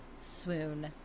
Swoon